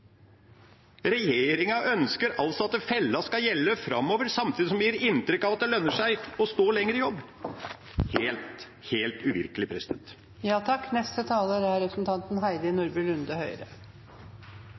Regjeringa ønsker altså at fella skal gjelde framover, samtidig som en gir inntrykk av at det lønner seg å stå lenger i jobb. Det er helt uvirkelig. Det er mye som er